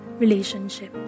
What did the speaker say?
Relationship